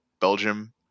Belgium